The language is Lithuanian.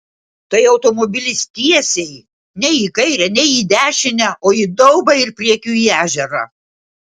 tai automobilis tiesiai nei į kairę nei į dešinę o į daubą ir priekiu į ežerą